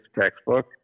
textbook